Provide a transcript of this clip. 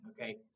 okay